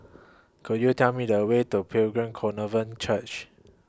Could YOU Tell Me The Way to Pilgrim Church